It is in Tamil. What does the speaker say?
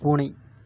பூனை